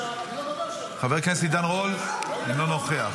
חבר הכנסת עידן רול, אינו נוכח.